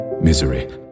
misery